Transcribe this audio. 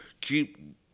keep